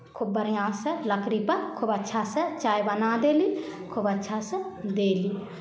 खूब बढ़िआँसँ लकड़ीपर खूब अच्छासँ चाय बना देली खूब अच्छासँ देली